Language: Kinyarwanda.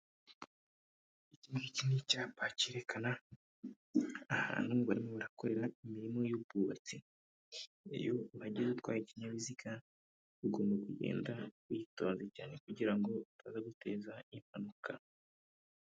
Ikingiki ni icyapa cyerekana ahantu ngorakorera imirimo y'ubwubatsi iyo uhajya utwaye ikinyabiziga ugomba kugenda witonze cyane kugira ngo utaza guteza impanuka.